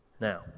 Now